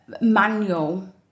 manual